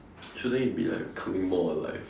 shouldn't it be like coming more alive